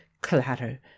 clatter